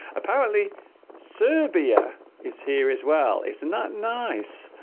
apparently serbia is here as well it's not nice